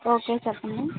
okay చెప్పండి